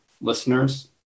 listeners